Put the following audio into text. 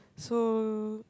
so